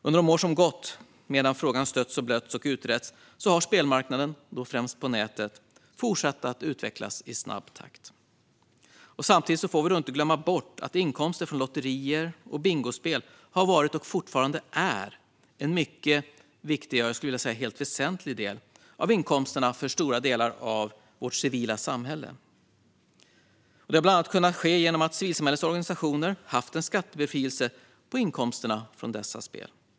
Under de år som gått medan frågan stötts och blötts och utretts har spelmarknaden, främst på nätet, fortsatt att utvecklas i snabb takt. Samtidigt får vi inte glömma bort att inkomster från lotterier och bingospel har varit och fortfarande är en mycket viktig, ja, helt väsentlig, del av inkomsterna för stora delar av vårt civila samhälle. Det har bland annat kunnat ske genom att civilsamhällets organisationer haft en skattebefrielse på inkomsterna från dessa spel.